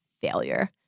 failure